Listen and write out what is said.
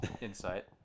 insight